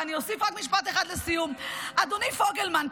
-- ואני אוסיף רק משפט אחד לסיום: אדוני פוגלמן,